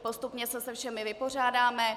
Postupně se se všemi vypořádáme.